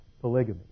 polygamy